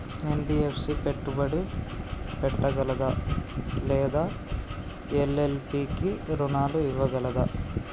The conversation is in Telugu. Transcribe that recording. ఎన్.బి.ఎఫ్.సి పెట్టుబడి పెట్టగలదా లేదా ఎల్.ఎల్.పి కి రుణాలు ఇవ్వగలదా?